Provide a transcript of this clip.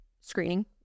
screening